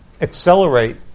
accelerate